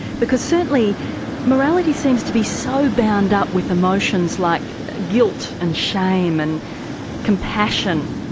because certainly morality seems to be so bound up with emotions like guilt and shame and compassion,